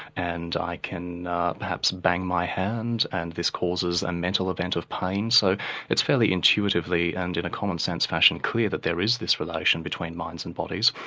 and i can perhaps bang my hand and this causes a mental event of pain. so it's fairly intuitively and in a commonsense fashion, clear that there is this relation between minds and bodies.